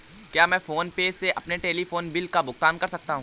क्या मैं PhonePe से अपने टेलीफोन बिल का भुगतान कर सकता हूँ?